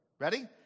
Ready